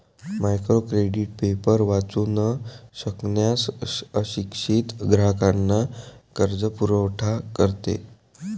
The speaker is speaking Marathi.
मायक्रो क्रेडिट पेपर वाचू न शकणाऱ्या अशिक्षित ग्राहकांना कर्जपुरवठा करते